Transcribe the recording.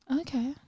Okay